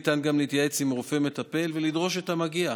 ניתן גם להתייעץ עם רופא מטפל ולדרוש את המגיע,